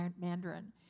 Mandarin